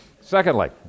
secondly